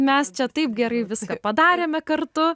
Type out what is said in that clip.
mes čia taip gerai viską padarėme kartu